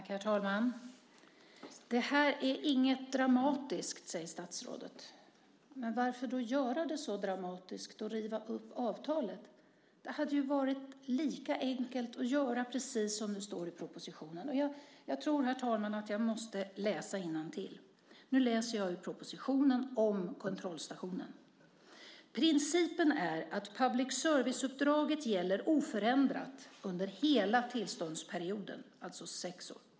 Herr talman! Det här är ingenting dramatiskt, säger statsrådet. Men varför då göra det så dramatiskt och riva upp avtalet? Det hade varit lika enkelt att göra precis som det står i propositionen. Jag tror, herr talman, att jag måste läsa innantill ur propositionen om kontrollstationen: Principen är att public service-uppdraget gäller oförändrat under hela tillståndsperioden - alltså sex år.